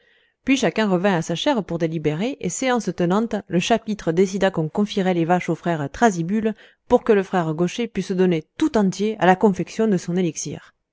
puis chacun revint à sa chaire pour délibérer et séance tenante le chapitre décida qu'on confierait les vaches au frère thrasybule pour que le frère gaucher pût se donner tout entier à la confection de son élixir